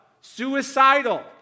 Suicidal